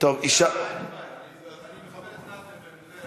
אני מכבד את נאזם,